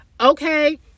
Okay